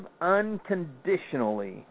unconditionally